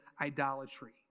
idolatry